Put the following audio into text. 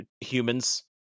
humans